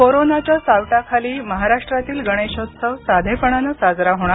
कोरोनाच्या सावटाखाली महाराष्ट्रातील गणेशोत्सव साधेपणानं साजरा होणार